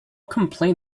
complain